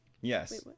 Yes